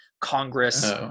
Congress